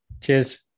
Cheers